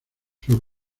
sus